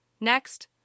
Next